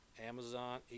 Amazon